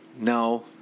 no